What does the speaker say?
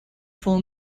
full